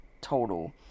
total